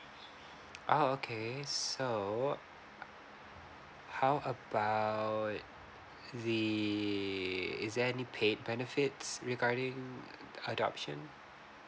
oh okay so how about the is there any paid benefits regarding adoption